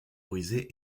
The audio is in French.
autorisé